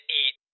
eat